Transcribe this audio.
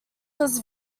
was